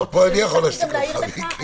פה אני יכול להשתיק אותך, מיקי.